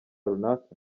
runaka